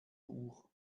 uhr